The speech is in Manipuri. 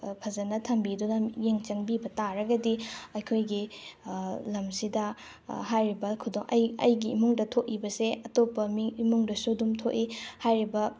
ꯐꯖꯅ ꯊꯝꯕꯤꯗꯨꯅ ꯃꯤꯠꯌꯦꯡ ꯆꯪꯕꯤꯕ ꯇꯥꯔꯒꯗꯤ ꯑꯩꯈꯣꯏꯒꯤ ꯂꯝꯁꯤꯗ ꯍꯥꯏꯔꯤꯕ ꯈꯨꯗꯣꯡ ꯑꯩ ꯑꯩꯒꯤ ꯏꯃꯨꯡꯗ ꯊꯣꯛꯏꯕꯁꯦ ꯑꯇꯣꯞꯄ ꯃꯤ ꯏꯃꯨꯡꯗꯁꯨ ꯑꯗꯨꯝ ꯊꯣꯛꯏ ꯍꯥꯏꯔꯤꯕ